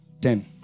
Ten